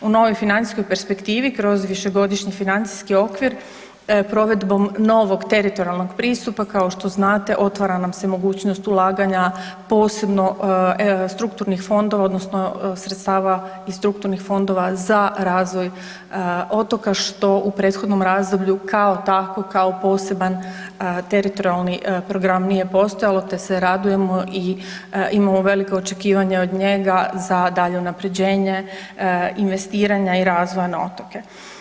U novoj financijskoj perspektivi kroz višegodišnji financijski okvir provedbom novog teritorijalnog pristupa kao što znate otvara nam se mogućnost ulaganja posebno strukturnih fondova odnosno sredstava iz strukturnih fondova za razvoj otoka što u prethodnom razdoblju kao takvo, kao poseban teritorijalni program nije postojalo te se radujemo i imamo velika očekivanja od njega za daljnje unapređenje investiranja i razvoja na otoke.